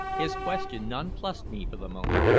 his question nonplused me for the moment.